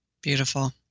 Beautiful